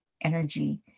energy